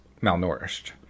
malnourished